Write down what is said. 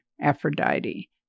Aphrodite